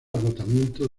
agotamiento